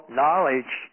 knowledge